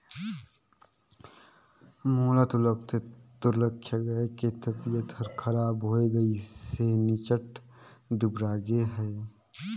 मोला तो लगथे तोर लखिया गाय के तबियत हर खराब होये गइसे निच्च्ट दुबरागे हे